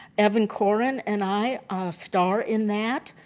evan coren and i star in that.